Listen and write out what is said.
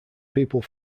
people